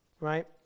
right